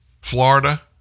Florida